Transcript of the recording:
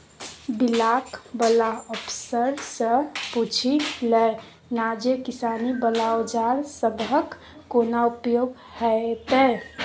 Block बला अफसरसँ पुछि लए ना जे किसानी बला औजार सबहक कोना उपयोग हेतै?